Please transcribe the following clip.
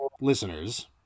listeners